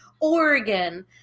Oregon